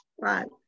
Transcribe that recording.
Right